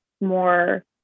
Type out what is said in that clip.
more